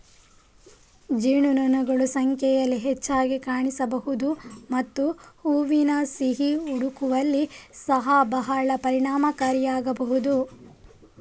ಜೇನುನೊಣಗಳು ಸಂಖ್ಯೆಯಲ್ಲಿ ಹೆಚ್ಚಾಗಿ ಕಾಣಿಸಬಹುದು ಮತ್ತು ಹೂವಿನ ಸಿಹಿ ಹುಡುಕುವಲ್ಲಿ ಸಹ ಬಹಳ ಪರಿಣಾಮಕಾರಿಯಾಗಬಹುದು